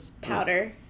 Powder